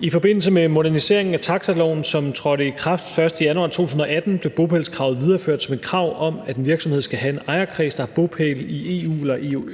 I forbindelse med moderniseringen af taxiloven, som trådte i kraft den 1. januar 2018, blev bopælskravet videreført som et krav om, at en virksomhed skal have en ejerkreds, der har bopæl i EU eller EØS,